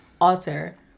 alter